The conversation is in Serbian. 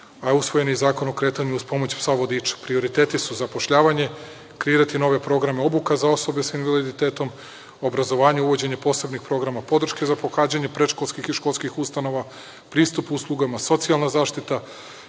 a usvojen je i Zakon o kretanju uz pomoć psa vodiča. Prioriteti su: zapošljavanje, kreirati nove programe obuka za osobe sa invaliditetom, obrazovanje, uvođenje posebnih programa podrške za pohađanje predškolskih i školskih ustanova, pristup uslugama, socijalna zaštita,